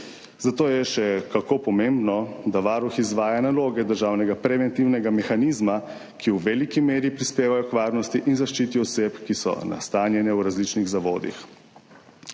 Zato je še kako pomembno, da Varuh izvaja naloge državnega preventivnega mehanizma, ki v veliki meri prispevajo k varnosti in zaščiti oseb, ki so nastanjene v različnih zavodih.